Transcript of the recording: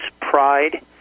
pride